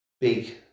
big